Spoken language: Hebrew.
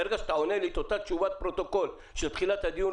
ברגע שאתה עונה לי את אותה תשובת פרוטוקול של תחילת הדיון,